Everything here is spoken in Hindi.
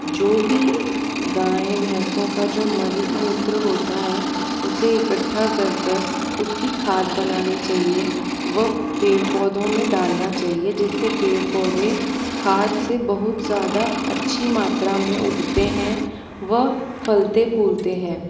जो भी गाय भैंसों का जो मल मूत्र होता है उसे इकठ्ठा कर कर उसकी खाद बनानी चहिए वो पेड़ पौधों में डालना चाहिए जिससे पेड़ पौधे खाद से बहुत ज़्यादा अच्छी मात्रा में उगते हैं व फलते फूलते हैं